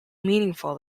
meaningful